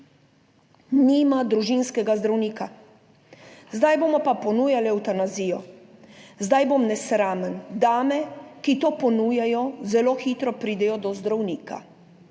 nima družinskega zdravnika. Zdaj bomo pa ponujali evtanazijo, zdaj bom nesramen, dame, ki to ponujajo, zelo hitro pridejo do zdravnika.